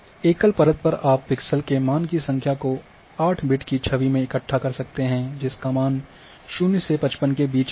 एकल परत पर आप पिक्सेल के मान की संख्या को 8 बिट की छवि में इकट्ठा कर सकते हैं जिसका मान 0 से 55 के बीच होगा